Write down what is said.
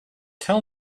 tell